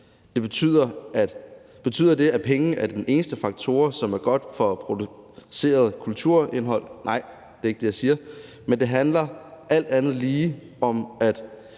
Betyder det, at penge er den eneste faktor, i forhold til hvad der er godt produceret kulturindhold? Nej, det er ikke det, jeg siger. Men det handler alt andet lige om, at